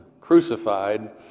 crucified